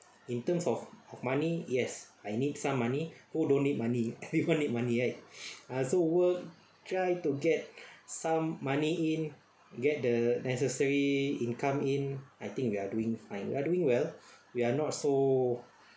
in terms of of money yes I need some money who don't need money everyone need money right I also work try to get some money in get the necessary income in I think we are doing fine we're doing well we're not so